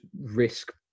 risk